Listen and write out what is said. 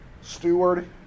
steward